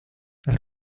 elle